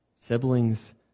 Siblings